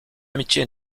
amitié